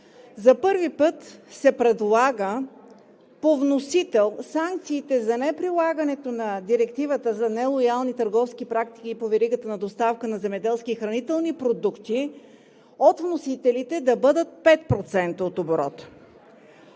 За първи път се предлага по вносител санкциите за неприлагането на Директивата за нелоялни търговски практики по веригата за доставка на земеделски и хранителни продукти да бъдат 5% от оборота.